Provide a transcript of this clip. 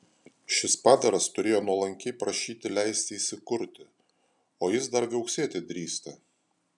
šis padaras turėjo nuolankiai prašyti leisti įsikurti o jis dar viauksėti drįsta